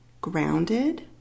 grounded